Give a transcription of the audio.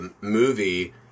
Movie